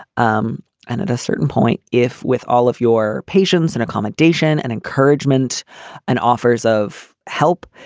um and at a certain point, if with all of your patients and accommodation and encouragement and offers of help,